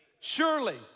Surely